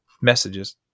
messages